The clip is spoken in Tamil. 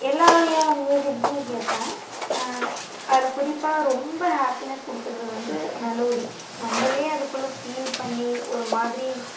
எல்லா வகையான மியூசிக்ஸ்மே கேட்பேன் அதில் குறிப்பாக ரொம்ப ஹாப்பினஸ் கொடுக்கறது வந்து மெலோடி நம்மளே அதுக்குள்ளே ஃபீல் பண்ணி ஒரு மாதிரி